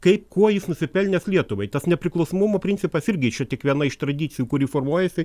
kaip kuo jis nusipelnęs lietuvai tas nepriklausomumo principas irgi čia tik viena iš tradicijų kuri formuojasi